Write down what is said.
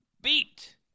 Beat